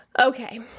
Okay